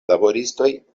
laboristoj